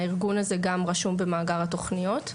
הארגון הזה גם רשום במאגר התוכניות.